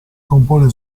compone